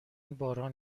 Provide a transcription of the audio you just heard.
باران